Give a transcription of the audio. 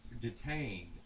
detained